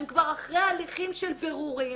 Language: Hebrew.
הן כבר אחרי הליכים של בירורים,